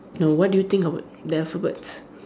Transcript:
no what do you think about the alphabets